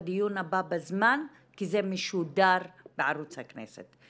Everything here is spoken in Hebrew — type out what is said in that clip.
הדיון הבא בזמן כי זה משודר בערוץ הכנסת.